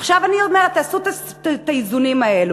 עכשיו אני אומרת: תעשו את האיזונים האלה,